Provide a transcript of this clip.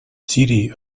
сирии